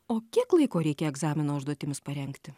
o kiek laiko reikia egzamino užduotims parengti